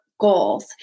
Goals